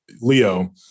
Leo